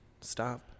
Stop